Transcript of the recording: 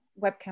webcam